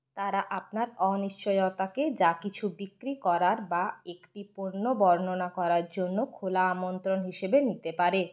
তারা আপনার অনিশ্চয়তাকে যা কিছু বিক্রি করার বা একটি পণ্য বর্ণনা করার জন্য খোলা আমন্ত্রণ হিসাবে নিতে পারে